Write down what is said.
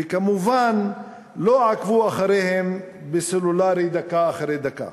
וכמובן לא עקבו אחריהם בסלולרי דקה אחרי דקה.